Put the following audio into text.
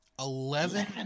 Eleven